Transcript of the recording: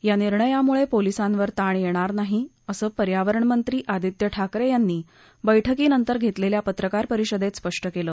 या निर्णयामुळे पोलिसांवर ताण येणार नाही असं पर्यावरणमंत्री आदित्य ठाकरे यांनी बैठकीनंतर घेतलेल्या पत्रकार परिषदेत स्पष्ट केलं